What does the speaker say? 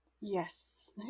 yes